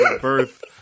birth